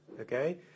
okay